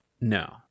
No